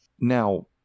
Now